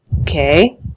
Okay